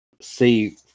see